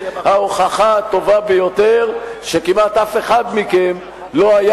ההוכחה הטובה ביותר היא שכמעט אף אחד מכם לא היה